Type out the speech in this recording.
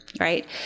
right